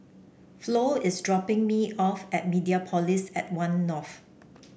Flo is dropping me off at Mediapolis at One North